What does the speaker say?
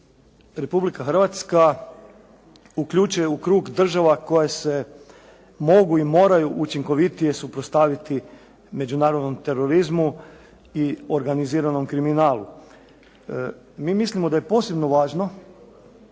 Republika Hrvatska uključuje u krug država koje se mogu i moraju učinkovitije suprotstaviti međunarodnom terorizmu i organiziranom kriminalu. Mi mislimo da je posebno važno